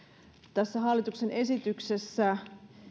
tässä hallituksen esityksessä